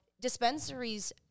dispensaries